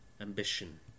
Ambition